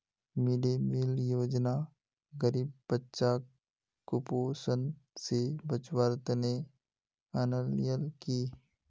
mid day meal योजना गरीब बच्चाक कुपोषण स बचव्वार तने अन्याल कि